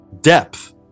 depth